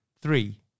three